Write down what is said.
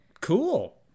Cool